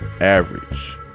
average